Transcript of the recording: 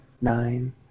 nine